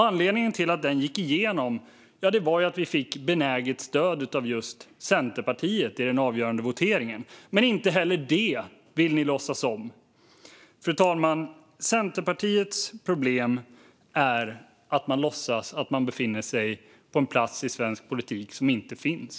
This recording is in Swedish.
Anledningen till att den gick igenom var att vi fick benäget stöd av just Centerpartiet i den avgörande voteringen. Men inte heller det vill ni låtsas om. Fru talman! Centerpartiets problem är att man låtsas att man befinner sig på en plats i svensk politik som inte finns.